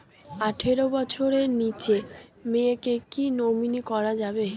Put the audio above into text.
আঠারো বছরের নিচে মেয়েকে কী নমিনি করা যাবে?